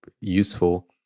useful